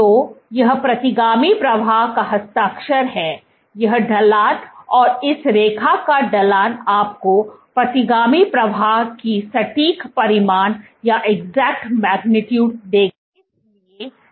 तो यह प्रतिगामी प्रवाह का हस्ताक्षर है यह ढलान और इस रेखा का ढलान आपको प्रतिगामी प्रवाह की सटीक परिमाण देगा